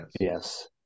Yes